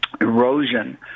erosion